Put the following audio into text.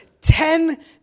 Ten